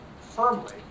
firmly